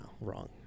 wrong